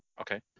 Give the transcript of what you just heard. okay